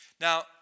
Now